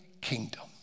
kingdom